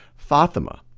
fatimah,